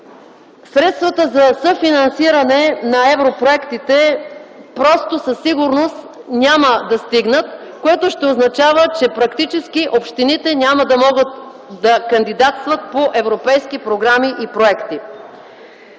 Средствата за съфинансиране на европроектите със сигурност няма да стигнат, което означава, че практически общините няма да могат да кандидатстват по европейски програми и проекти.